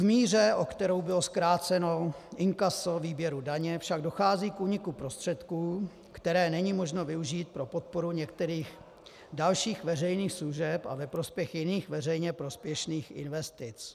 V míře, o kterou bylo zkráceno inkaso výběru daně, však dochází k úniku prostředků, které není možno využít pro podporu některých dalších veřejných služeb a ve prospěch jiných veřejně prospěšných investic.